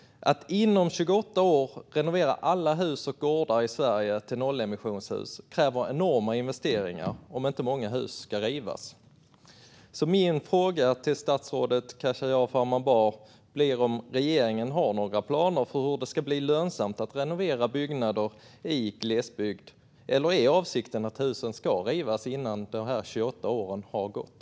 Att inom 28 år renovera alla hus och gårdar i Sverige till nollemissionshus kräver enorma investeringar, om inte många hus ska rivas. Har regeringen några planer, statsrådet Khashayar Farmanbar, för hur det ska bli lönsamt att renovera byggnader i glesbygd? Eller är avsikten att husen ska rivas innan de 28 åren har gått?